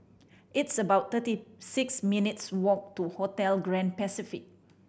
it's about thirty six minutes' walk to Hotel Grand Pacific